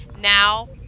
now